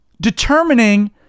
determining